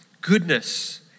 Goodness